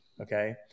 Okay